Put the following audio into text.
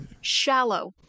Shallow